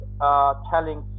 telling